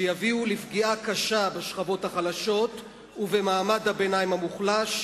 שיביאו לפגיעה קשה בשכבות החלשות ובמעמד הביניים המוחלש,